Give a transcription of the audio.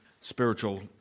spiritual